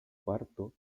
parto